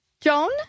Joan